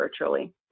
virtually